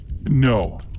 No